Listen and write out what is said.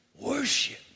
Worship